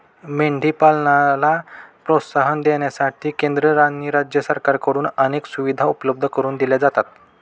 मेंढी पालनाला प्रोत्साहन देण्यासाठी केंद्र आणि राज्य सरकारकडून अनेक सुविधा उपलब्ध करून दिल्या जातात